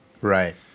Right